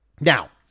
Now